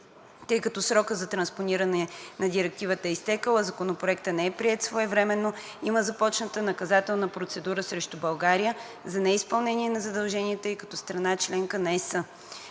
Тъй като срокът за транспониране на Директивата е изтекъл, а Законопроектът не е приет своевременно, има започнала наказателна процедура срещу България за неизпълнение на задълженията ѝ като страна – членка на ЕС.